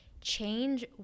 change